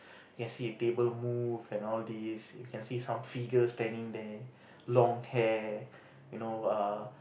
you can see the table move and all these you can see some figures standing there